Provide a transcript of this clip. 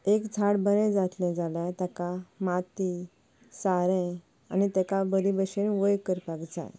एक दीस बरें जातलें जाल्यार ताका माती सारें आनी ताका बरी भशेन वयर करपाक जाय